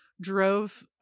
drove